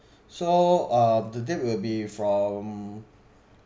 so um the date will be from